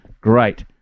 Great